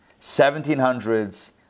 1700s